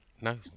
No